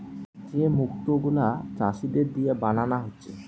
যে মুক্ত গুলা চাষীদের দিয়ে বানানা হচ্ছে